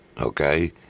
okay